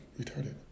retarded